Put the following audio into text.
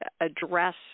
address